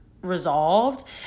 resolved